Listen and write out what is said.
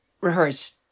rehearse